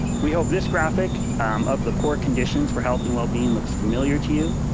we hope this graphic of the core conditions for health and well being looks familiar to you.